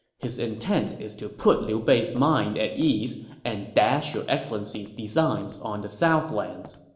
his intent is to put liu bei's mind at ease and dash your excellency's designs on the southlands.